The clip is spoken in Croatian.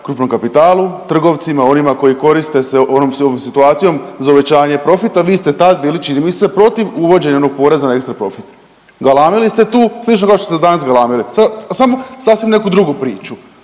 krupnom kapitalu, trgovcima, onima koji koriste se onom cijelom situacijom za uvećanje profita, vi ste tad bili, čini mi se, protiv uvođenja onog poreza na ekstraprofit. Galamili ste tu slično kao što ste danas galamili, sad samo sasvim neku drugu priču.